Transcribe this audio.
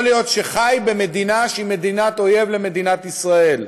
להיות שהוא חי במדינה שהיא מדינת אויב למדינת ישראל.